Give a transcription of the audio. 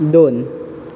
दोन